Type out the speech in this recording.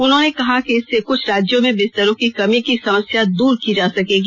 उन्होंने कहा कि इससे कुछ राज्यों में बिस्तरों की कमी की समस्या दूर की जा सकेगी